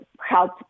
help